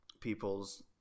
people's